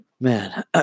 Man